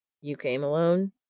you came alone?